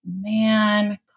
man